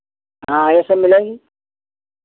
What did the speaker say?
हाँ वो सब मिलेगी